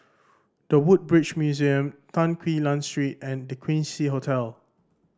The Woodbridge Museum Tan Quee Lan Street and The Quincy Hotel